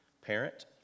parent